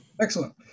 Excellent